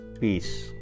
peace